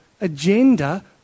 agenda